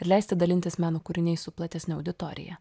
ir leisti dalintis meno kūriniais su platesne auditorija